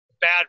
bad